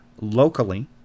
locally